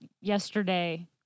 yesterday